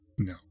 No